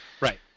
right